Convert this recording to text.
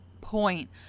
point